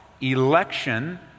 election